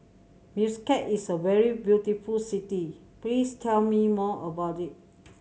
Muscat is a very beautiful city please tell me more about it